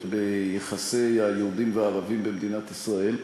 ביחסי היהודים והערבים במדינת ישראל.